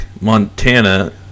Montana